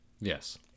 Yes